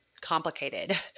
complicated